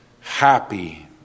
Happy